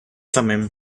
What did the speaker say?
thummim